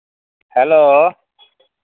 hello